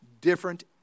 Different